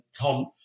Tom